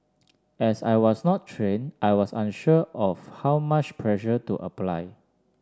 as I was not trained I was unsure of how much pressure to apply